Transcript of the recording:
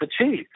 achieve